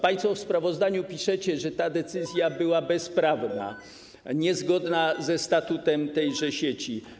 Państwo w sprawozdaniu piszecie, że ta decyzja była bezprawna, niezgodna ze statutem tejże sieci.